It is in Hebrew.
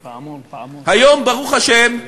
היום, ברוך השם,